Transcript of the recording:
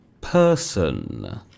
person